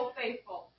faithful